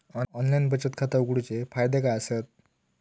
Online बचत खाता उघडूचे फायदे काय आसत?